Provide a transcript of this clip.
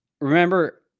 Remember